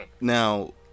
now